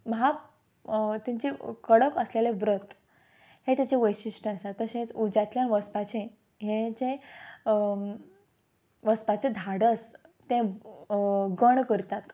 महा तांचे कडक आसलेले व्रत हे ताजें वैशिश्ट आसा तशेंच उज्यांतल्यान वचपाचें हें जें वचपाचें धाडस तें गण करतात